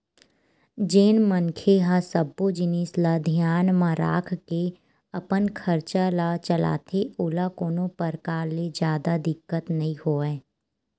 जेन मनखे ह सब्बो जिनिस ल धियान म राखके अपन खरचा ल चलाथे ओला कोनो परकार ले जादा दिक्कत नइ होवय